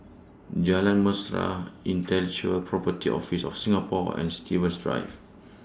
Jalan Mesra Intellectual Property Office of Singapore and Stevens Drive